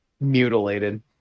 mutilated